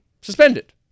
suspended